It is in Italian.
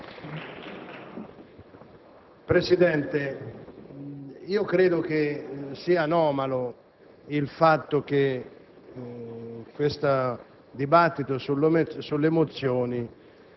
Presidente, credo sia anomalo il fatto che